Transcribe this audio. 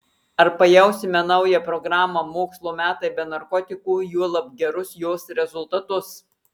ar pajausime naują programą mokslo metai be narkotikų juolab gerus jos rezultatus